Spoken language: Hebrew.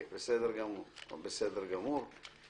אני יודע להתכתב עם הדברים.